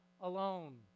alone